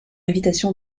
invitation